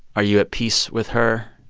are you at peace with her?